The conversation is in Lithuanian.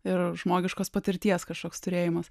ir žmogiškos patirties kažkoks turėjimas